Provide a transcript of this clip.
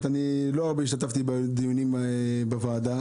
לא הרבה השתתפתי בדיוני הוועדה,